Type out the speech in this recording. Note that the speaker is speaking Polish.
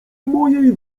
mojej